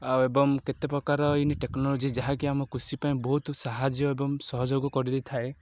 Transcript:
ଆଉ ଏବଂ କେତେ ପ୍ରକାର ଏଇନି ଟେକ୍ନୋଲୋଜି ଯାହାକି ଆମ କୃଷି ପାଇଁ ବହୁତ ସାହାଯ୍ୟ ଏବଂ ସହଯୋଗ କରିଦେଇଥାଏ